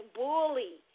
bully